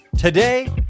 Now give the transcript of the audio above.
Today